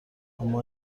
اما